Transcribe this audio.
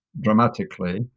dramatically